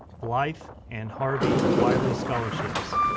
blythe and harvey wiley scholarships.